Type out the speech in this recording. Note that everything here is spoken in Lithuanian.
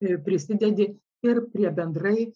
ir prisidedi ir prie bendrai